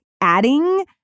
adding